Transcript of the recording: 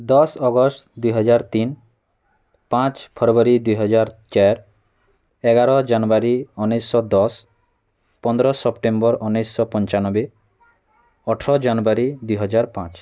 ଦଶ୍ ଅଗଷ୍ଟ ଦୁଇ ହଜାର୍ ତିନ୍ ପାଞ୍ଚ୍ ଫେବୃୟାରୀ ଦୁଇ ହଜାର ଚାର୍ ଏଗାର ଜାନୁଆରୀ ଅନେଇଶ୍ ଦଶ୍ ପନ୍ଦର ସେପ୍ଟେମ୍ବର ଅନେଇଶ୍ ପଞ୍ଚାନବେ ଅଠର ଜାନୁଆରୀ ଦୁଇ ହଜାର ପାଞ୍ଚ୍